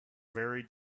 very